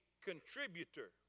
contributor